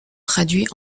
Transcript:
traduits